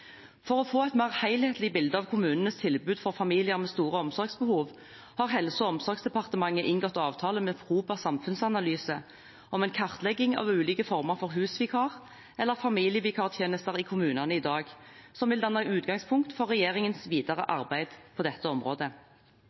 For å få et mer helhetlig bilde av kommunenes tilbud for familier med store omsorgsbehov har Helse- og omsorgsdepartementet inngått avtale med Proba samfunnsanalyse om en kartlegging av ulike former for husvikar- eller familievikartjenester i kommunene i dag, som vil danne utgangspunkt for regjeringens videre arbeid på dette området.